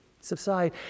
subside